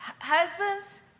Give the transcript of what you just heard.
Husbands